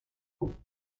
faites